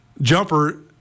jumper